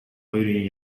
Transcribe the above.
хоёрын